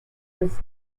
was